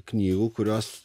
knygų kurios